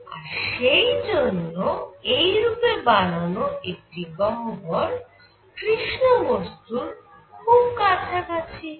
আর সেই জন্য এইরূপে বানানো একটি গহ্বর কৃষ্ণ বস্তুর খুব কাছাকাছি হয়